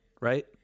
Right